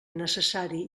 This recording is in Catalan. necessari